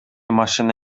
машина